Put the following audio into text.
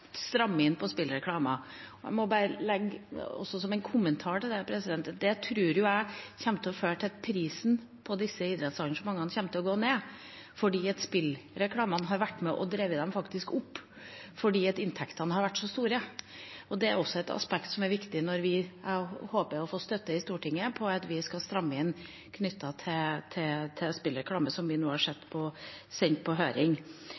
inn på spillreklame. Som en kommentar til det: Det tror jeg kommer til å føre til at prisen på disse idrettsarrangementene vil gå ned, for spillreklamen har faktisk vært med på å drive dem opp fordi inntektene har vært så store. Det er også et aspekt som er viktig, og jeg håper å få støtte i Stortinget for at vi skal stramme inn knyttet til spillreklame, som vi nå har sendt på høring.